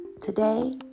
today